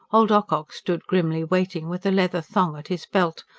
old ocock stood grimly waiting, with a leather thong at his belt,